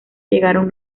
llegaron